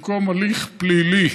במקום הליך פלילי